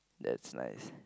that's nice